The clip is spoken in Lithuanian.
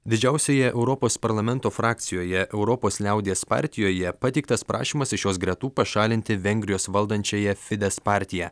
didžiausioje europos parlamento frakcijoje europos liaudies partijoje pateiktas prašymas iš jos gretų pašalinti vengrijos valdančiąją fides partiją